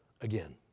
again